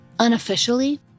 Unofficially